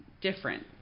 different